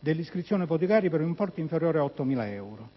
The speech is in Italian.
dell'iscrizione ipotecaria per un importo inferiore a 8000 euro.